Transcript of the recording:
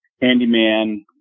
handyman